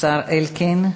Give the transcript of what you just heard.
השר אלקין.